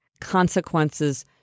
consequences